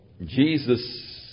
Jesus